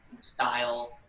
style